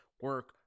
Work